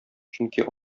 чөнки